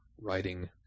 writing